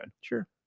sure